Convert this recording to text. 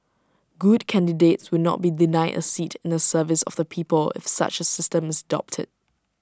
good candidates would not be denied A seat in the service of the people if such A system is adopted